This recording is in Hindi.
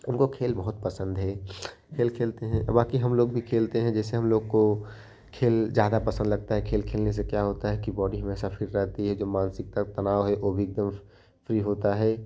उनको खेल बहुत पसंद हैं खेल खेलते हैं बाकी हम लोग भी खेलते हैं जैसे हम लोग को खेल ज़्यादा पसंद लगता है खेल खेलने से क्या होता है कि बॉडी हमेशा फिट रहती है जो मानसिकता तनाव है वह भी एकदम फ्री होता है